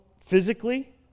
physically